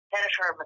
Senator